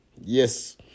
Yes